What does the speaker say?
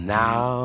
now